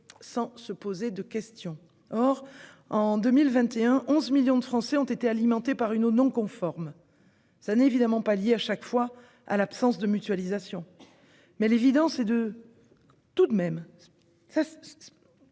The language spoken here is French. sans se poser de questions. Or, en 2021, 11 millions de Français ont été alimentés par une eau non conforme. Ce n'est bien sûr pas toujours lié à l'absence de mutualisation, mais l'évidence est tout de même